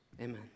Amen